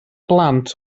blant